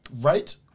Right